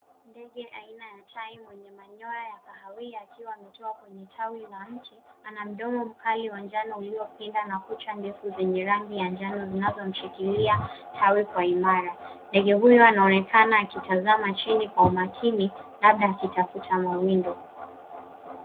Ndege aina ya tai mwenye manyoa ya kahawia akiwa ametua kwenye tawi la mti ana mdomo mkali wa njano uliopinda na kucha ndefu zenye rangi ya njano zinazomshikilia tawi kwa imara. Ndege huyu anaonekana akitazama chini kwa umakini labda akitafuta mawindo.